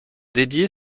dédié